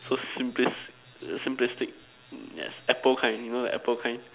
so simplistic simplistic yes apple kind you know like apple kind